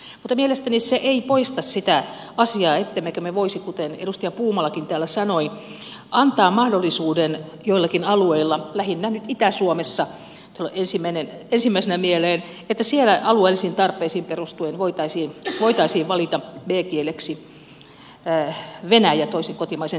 mutta mielestäni se ei poista sitä asiaa ettemmekö me voisi kuten edustaja puumalakin täällä sanoi antaa mahdollisuuden joillakin alueilla lähinnä nyt itä suomessa tulee ensimmäisenä mieleen alueellisiin tarpeisiin perustuen valita b kieleksi venäjän toisen kotimaisen sijasta